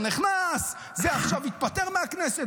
התנגדה, התנגדה.